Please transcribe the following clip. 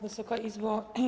Wysoka Izbo!